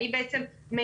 כי בסוף קשיש,